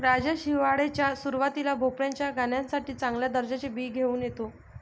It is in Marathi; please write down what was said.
राजेश हिवाळ्याच्या सुरुवातीला भोपळ्याच्या गाण्यासाठी चांगल्या दर्जाच्या बिया घेऊन येतो